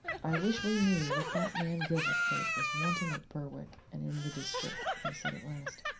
i wish we knew what that man gilverthwaite was wanting at berwick and in the district! he said at last.